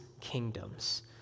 kingdoms